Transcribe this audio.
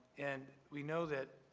and we know that